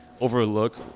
overlook